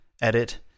edit